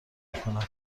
میکند